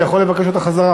אתה יכול לבקש אותה חזרה.